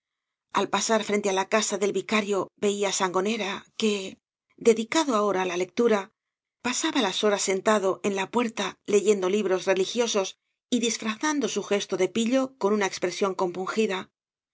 al pasar frente á la casa del vicario veía á sangonera que dedicado ahora á la lectura pasaba las horas sentado en la puerta leyendo libros religiosos y disfrazando su gesto de pillo con una expresión compungida